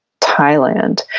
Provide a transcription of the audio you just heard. Thailand